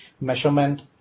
measurement